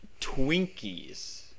Twinkies